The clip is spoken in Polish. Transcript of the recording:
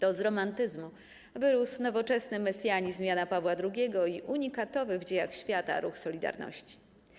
To z romantyzmu wyrósł nowoczesny mesjanizm Jana Pawła II i unikatowy w dziejach światach ruch 'Solidarność'